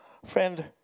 Friend